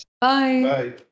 Bye